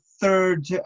third